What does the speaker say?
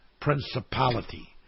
principality